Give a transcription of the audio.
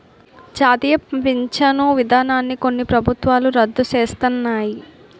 జాతీయ పించను విధానాన్ని కొన్ని ప్రభుత్వాలు రద్దు సేస్తన్నాయి